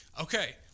Okay